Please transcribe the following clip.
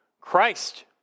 Christ